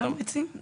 כן, תמריצים.